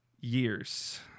years